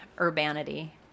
urbanity